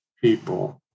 people